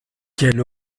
quel